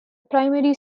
primary